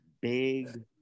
big